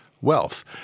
wealth